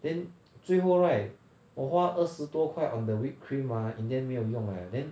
then 最后 right 我花二十多块:wo huaerrshi duo kuai on the whipped cream ah in the end 没有用 leh then